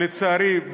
לצערי,